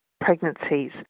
pregnancies